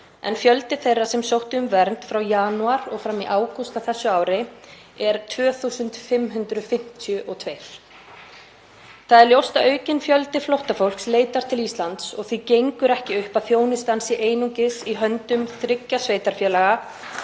en fjöldi þeirra sem sóttu um vernd frá janúar og fram í ágúst á þessu ári er 2.552. Það er ljóst að aukinn fjöldi flóttafólks leitar til Íslands og því gengur ekki upp að þjónustan sé einungis í höndum þriggja sveitarfélaga